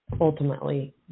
ultimately